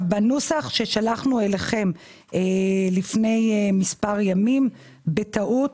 בנוסח ששלחנו אליכם לפני מספר ימים היו טעויות.